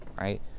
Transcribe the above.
right